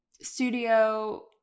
Studio